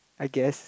I guess